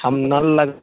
हम नल लग